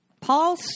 Paul